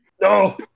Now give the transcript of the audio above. No